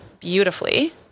beautifully